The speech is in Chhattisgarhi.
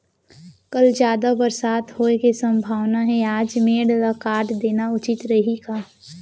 कल जादा बरसात होये के सम्भावना हे, आज मेड़ ल काट देना उचित रही का?